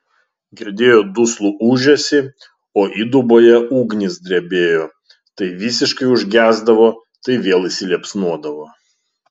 girdėjo duslų ūžesį o įduboje ugnys drebėjo tai visiškai užgesdavo tai vėl įsiliepsnodavo